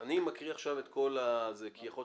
אני מקריא עכשיו את הכול כי יכול להיות